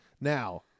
Now